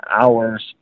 hours